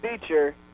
feature